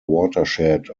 watershed